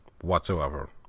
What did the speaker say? whatsoever